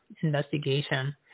investigation